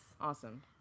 Awesome